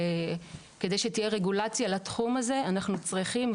כדי שתהיה רגולציה לתחום הזה אנחנו צריכים,